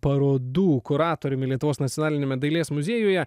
parodų kuratoriumi lietuvos nacionaliniame dailės muziejuje